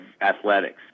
athletics